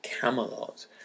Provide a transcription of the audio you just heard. Camelot